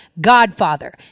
Godfather